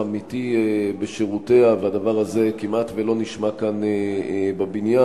אמיתי בשירותיה והדבר הזה כמעט ולא נשמע כאן בבניין,